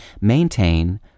maintain